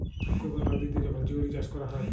পুকুর বা লদীতে যখল চিংড়ি চাষ ক্যরা হ্যয়